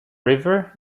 river